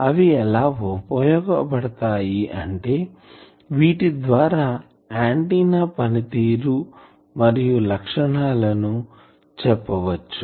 అవి ఎలా ఉపయోగపడతాయి అంటే వీటి ద్వారా ఆంటిన్నా పనితీరు మరియు లక్షణాలు చెప్పవచ్చు